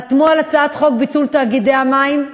חתמו על הצעת חוק ביטול תאגידי המים,